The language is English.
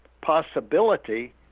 possibility